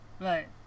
Right